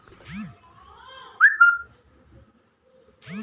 Drip सिंचाई कौन होथे अउ सब्सिडी मे कइसे मिल सकत हे?